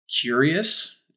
curious